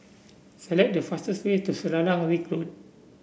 select the fastest way to Selarang Ring Road